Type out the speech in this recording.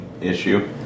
issue